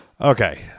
Okay